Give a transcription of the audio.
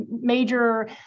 major